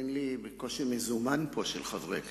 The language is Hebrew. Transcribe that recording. יש לי פה בקושי מזומן של חברי כנסת,